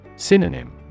Synonym